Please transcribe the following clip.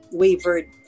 wavered